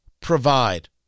provide